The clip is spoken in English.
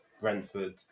Brentford